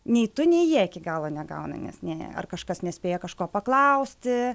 nei tu nei jie iki galo negauna nes nė ar kažkas nespėja kažko paklausti